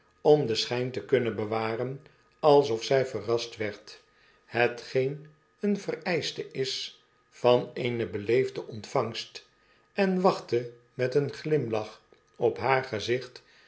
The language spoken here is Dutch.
om den schyn te kunnen bewaren alsof zij verrastwerd hetgeen een vereischte is van eene beleefde ontvangst en wachtte met een glimlach op haar gezicht